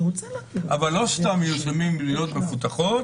אבל לא סתם מיושמים במדינות מפותחות,